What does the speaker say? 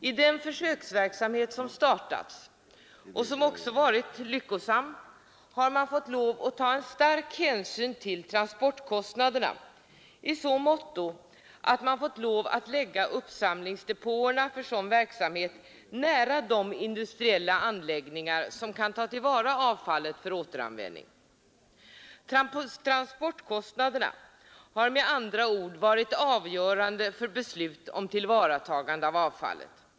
I den försöksverksamhet som startat och som också varit lyckosam har man fått ta stark hänsyn till transportkostnaderna i så måtto att man varit tvungen att lägga uppsamlingsdepåerna för sådan verksamhet nära de industriella anläggningar som kan ta till vara avfallet för återanvändning. Transportkostnaderna har med andra ord varit avgörande för beslut om tillvaratagande av avfallet.